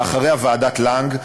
ואחריה ועדת לנג,